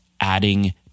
adding